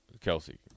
Kelsey